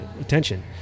attention